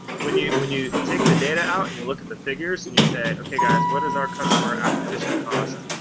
when you when you take the data out and you look at the figures, and you say, okay guys. what is our customer acquisition cost